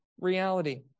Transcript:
reality